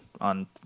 on